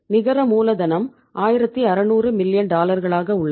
நிகர மூலதனம் 1600 மில்லியன் உள்ளது